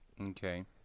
okay